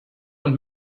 und